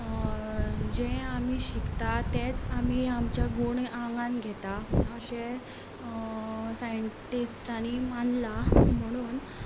जें आमी शिकतात तेंच आमी आमचे गूण आंगान घेता अशें सायटिस्टांनी मानलां